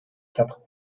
quatre